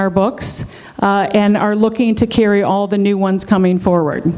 our books and are looking to carry all the new ones coming forward